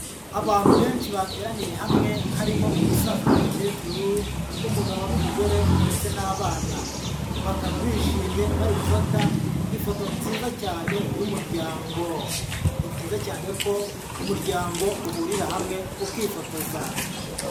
Abantu benshi bateraniye hamwe, harimo umusaza n'umukecuru, umugabo n'umugore ndetse n'abana. Bakaba bishimye bari gufata ifoto nziza cyane y'umuryango. Ni byiza cyane ko umuryango uhurira hamwe ukifotoza.